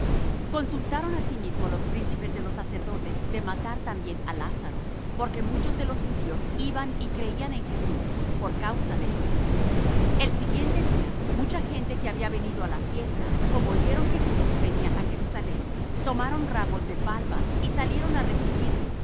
consultaron asimismo los príncipes de los sacerdotes de matar también á lázaro porque muchos de los judíos iban y creían en jesús por causa de él el siguiente día mucha gente que había venido á la fiesta como oyeron que jesús venía á jerusalem tomaron ramos de palmas y salieron á recibirle